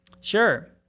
Sure